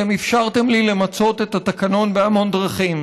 אתם אפשרתם לי למצות את התקנון בהמון דרכים.